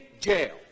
jail